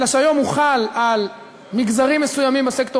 אלא שהיום הוא חל על מגזרים מסוימים בסקטור